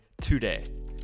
today